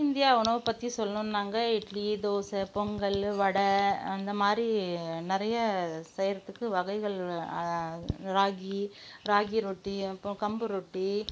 India உணவு பற்றி சொல்லணுன்னாங்க இட்லி தோசை பொங்கல் வடை அந்தமாதிரி நிறைய செய்கிறதுக்கு வகைகள் ராகி ராகி ரொட்டி அப்புறம் கம்பு ரொட்டி